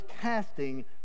casting